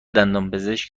دندانپزشک